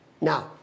Now